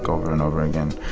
over and over again.